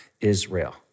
Israel